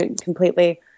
completely